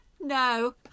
No